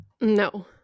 No